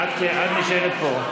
את נשארת פה.